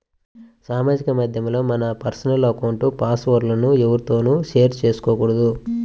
సామాజిక మాధ్యమాల్లో మన పర్సనల్ అకౌంట్ల పాస్ వర్డ్ లను ఎవ్వరితోనూ షేర్ చేసుకోకూడదు